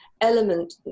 element